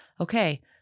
Okay